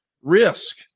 risk